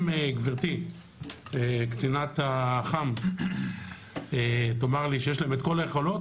אם גברתי קצינת האח"מ תאמר לי שיש להם את כל היכולות,